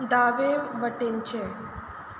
दावे वटेनचें